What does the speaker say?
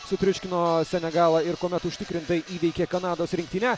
sutriuškino senegalą ir kuomet užtikrintai įveikė kanados rinktinę